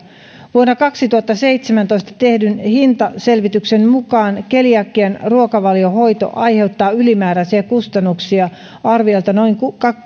vuonna kaksituhattaseitsemäntoista tehdyn hintaselvityksen mukaan keliakian ruokavaliohoito aiheuttaa ylimääräisiä kustannuksia arviolta noin